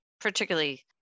particularly